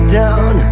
down